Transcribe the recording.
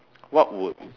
what would